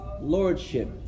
Lordship